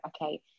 okay